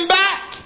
back